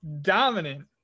dominant